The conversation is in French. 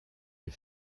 les